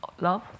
love